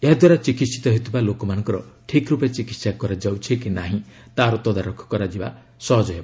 ଏହା ଦ୍ୱାରା ଚିକିହିତ ହେଉଥିବା ଲୋକମାନଙ୍କର ଠିକ୍ ରୂପେ ଚିକିତ୍ସା କରାଯାଉଛି କି ନାହିଁ ତାର ତଦାରଖ କରିବା ସହଜ ହେବ